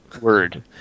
Word